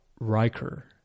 Riker